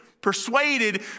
persuaded